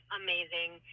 amazing